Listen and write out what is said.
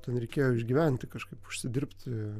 ten reikėjo išgyventi kažkaip užsidirbti